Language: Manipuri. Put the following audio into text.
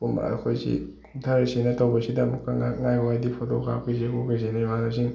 ꯀꯨꯝꯕ ꯑꯩꯈꯣꯏꯁꯤ ꯀꯨꯝꯊꯔꯁꯤꯅ ꯇꯧꯕꯁꯤꯗ ꯑꯃꯨꯛꯀ ꯉꯥꯏꯍꯥꯛ ꯉꯥꯏꯌꯣ ꯍꯥꯏꯗꯤ ꯐꯣꯇꯣ ꯀꯥꯞꯈꯤꯁꯦ ꯈꯣꯠꯀꯤꯁꯦꯅ ꯏꯃꯥꯟꯅꯕꯁꯤꯡ